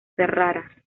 ferrara